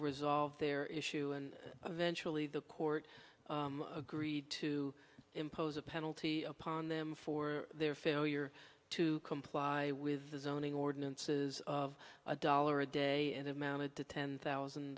resolve their issue and eventually the court agreed to impose a penalty upon them for their failure to comply with the zoning ordinances of a dollar a day and amounted to ten thousand